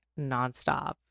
nonstop